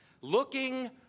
looking